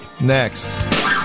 Next